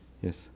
Yes